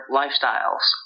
lifestyles